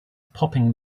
popping